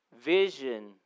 vision